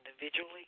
Individually